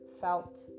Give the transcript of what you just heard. felt